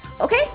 Okay